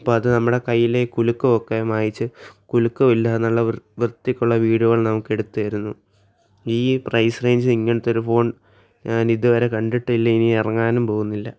അപ്പോൾ അത് നമ്മുടെ കയ്യിലെ കുലുക്കം ഒക്കെ മായിച്ച് കുലുക്കം ഇല്ല എന്നുള്ള വൃത്തിക്കുള്ള വീഡിയോകൾ നമുക്ക് എടുത്തു തരുന്നു ഈ പ്രൈസ് റേഞ്ചിൽ ഇങ്ങനത്തൊരു ഫോൺ ഞാനിതുവരെ കണ്ടിട്ടില്ല ഇനി ഇറങ്ങാനും പോകുന്നില്ല